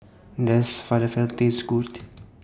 Does Falafel Taste Good